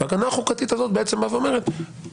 אלא שההגנה החוקתית הזאת באה ואומרת שהגורם